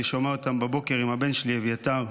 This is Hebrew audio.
אני שומע אותם בבוקר עם הבן שלי אביתר: